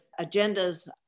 agendas